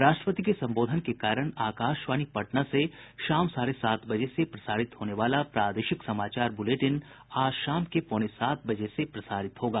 राष्ट्रपति के संबोधन के कारण आकाशवाणी पटना से शाम साढ़े सात बजे से प्रसारित होने वाला प्रादेशिक समाचार बुलेटिन आज शाम के पौने सात बजे से प्रसारित होगा